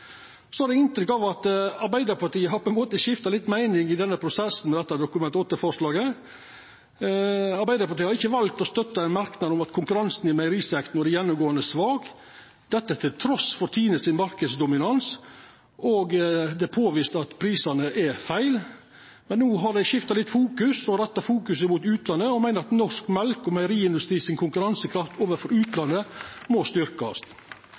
Så har eg inntrykk av at Arbeidarpartiet har skifta litt meining i prosessen etter Dokument 8-forslaget. Arbeidarpartiet har ikkje valt å støtta ein merknad om at konkurransen i meierisektoren er gjennomgåande svak, trass i Tine sin marknadsdominans, og at det er påvist at prisane er feil. Men no har dei skifta litt fokus og retta fokus mot utlandet, og meiner at norsk mjølke- og meieriindustri si konkurransekraft overfor utlandet må